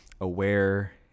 aware